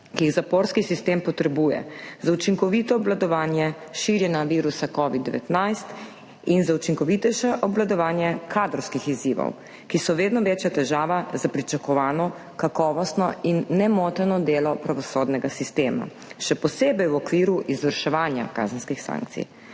ki jih zaporski sistem potrebuje za učinkovito obvladovanje širjenja virusa covid-19 in za učinkovitejše obvladovanje kadrovskih izzivov, ki so vedno večja težava za pričakovano kakovostno in nemoteno delo pravosodnega sistema, še posebej v okviru izvrševanja kazenskih sankcij.